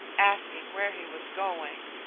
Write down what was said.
asking where he was going.